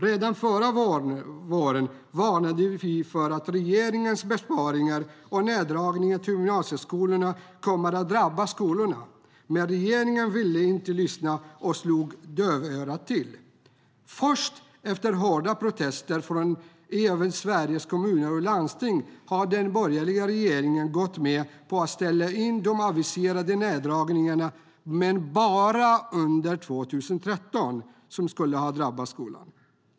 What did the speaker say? Redan förra våren varnade vi för att regeringens besparingar och neddragningar till gymnasieskolorna kommer att drabba skolorna, men regeringen ville inte lyssna utan slog dövörat till. Först efter hårda protester från även Sveriges Kommuner och Landsting har den borgerliga regeringen gått med på att ställa in de aviserade neddragningarna som skulle ha drabbat skolan - men bara under 2013.